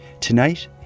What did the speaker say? Tonight